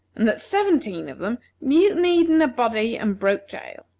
and that seventeen of them mutinied in a body and broke jail.